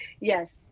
yes